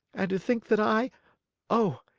and to think that i oh,